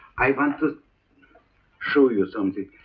i want to show you something.